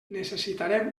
necessitarem